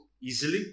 easily